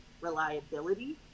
reliability